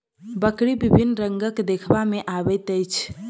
बकरी विभिन्न रंगक देखबा मे अबैत अछि